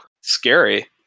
Scary